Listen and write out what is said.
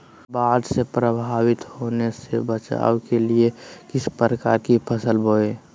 बाढ़ से प्रभावित होने से बचाव के लिए किस प्रकार की फसल बोए?